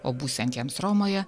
o būsiantiems romoje